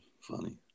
funny